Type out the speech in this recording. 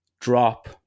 drop